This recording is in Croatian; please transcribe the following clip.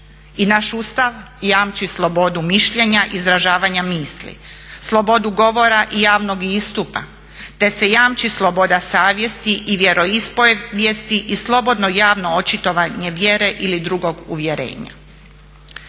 I naš Ustav jamči slobodu mišljenja izražavanja misli, slobodu govora i javnog istupa te se jamči sloboda savjesti i vjeroispovijesti i slobodno javno očitovanje vjere ili drugog uvjerenja.